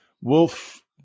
wolf